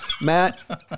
Matt